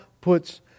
puts